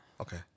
Okay